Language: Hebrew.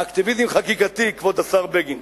אקטיביזם חקיקתי, כבוד השר בגין.